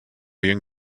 young